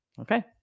Okay